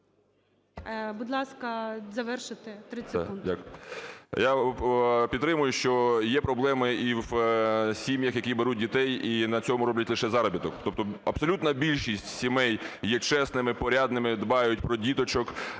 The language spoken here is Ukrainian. Будь ласка, завершити 30 секунд. КРИВЕНКО В.М. Дякую. Я підтримую, що є проблеми і в сім'ях, які беруть дітей і на цьому роблять лише заробіток. Тобто абсолютна більшість сімей є чесними, порядними, дбають про діточок,